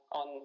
on